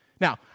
Now